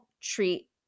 treat